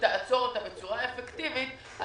שתעצור אותה בצורה אפקטיבית,